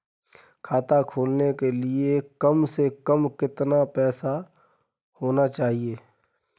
खाता खोलने के लिए कम से कम कितना पैसा होना चाहिए?